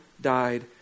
died